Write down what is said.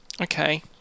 Okay